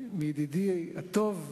ככה אני מקשיב יותר טוב.